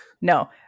No